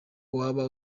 waba